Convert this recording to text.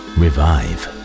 revive